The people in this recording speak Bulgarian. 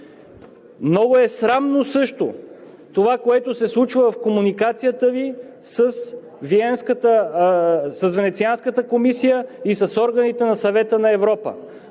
Много е срамно също това, което се случва в комуникацията ни с Венецианската комисия и с органите на Съвета на Европа.